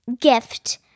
gift